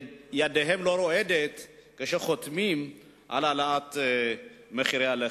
ידיהם לא רועדות כשהם חותמים על העלאת מחירי הלחם.